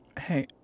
Hey